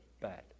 bad